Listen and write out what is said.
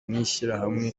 n’ishyirahamwe